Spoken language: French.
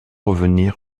revenir